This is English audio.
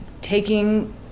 taking